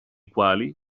quali